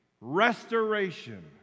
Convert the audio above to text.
restoration